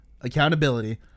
accountability